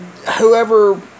whoever